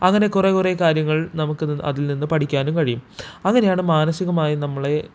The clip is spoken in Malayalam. അങ്ങനെ കുറേ കുറേ കാര്യങ്ങൾ നമുക്കത് അതിൽ നിന്ന് പഠിക്കാനും കഴിയും അങ്ങനെയാണ് മാനസികമായും നമ്മളെ